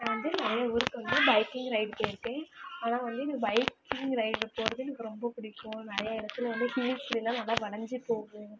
நான் வந்து நிறைய ஊருக்கு வந்து பைக்கிங் ரைட் போயிருக்கேன் ஆனால் வந்து எனக்கு பைக்கிங் ரைடு போவது எனக்கு ரொம்ப பிடிக்கும் நிறைய இடத்துல வந்து ஹில்ஸ்லெலாம் நல்லா வளைஞ்சு போகும்